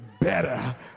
better